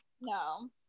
No